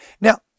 Now